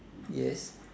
yes